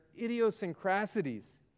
idiosyncrasies